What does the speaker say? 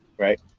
Right